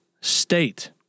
State